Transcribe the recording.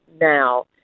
now